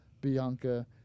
bianca